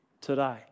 today